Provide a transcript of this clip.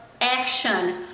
action